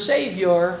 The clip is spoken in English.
Savior